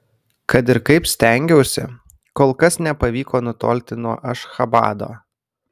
kad ir kaip stengiausi kol kas nepavyko nutolti nuo ašchabado